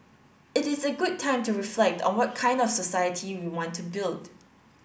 it is a good time to reflect on what kind of society we want to build